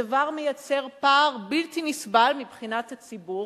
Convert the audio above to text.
הדבר מייצר פער בלתי נסבל מבחינת הציבור